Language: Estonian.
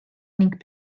ning